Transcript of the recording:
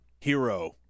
Hero